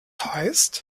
heisst